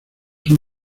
son